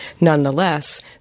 Nonetheless